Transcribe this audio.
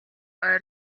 ойр